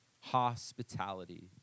hospitality